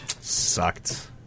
sucked